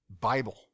Bible